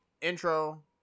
intro